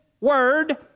word